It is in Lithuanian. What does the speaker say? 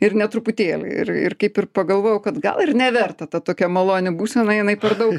ir ne truputėlį ir ir kaip ir pagalvojau kad gal ir neverta ta tokia maloni būsena jinai per daug